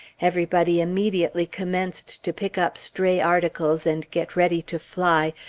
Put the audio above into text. everybody immediately commenced to pick up stray articles, and get ready to fly,